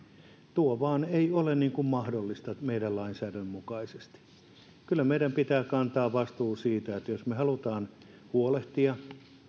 tuo vain ei ole mahdollista meidän lainsäädännön mukaan kyllä meidän pitää kantaa vastuu siitä että jos me haluamme huolehtia